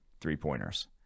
three-pointers